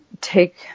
take